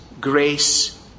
grace